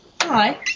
Hi